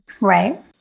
Right